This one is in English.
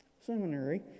seminary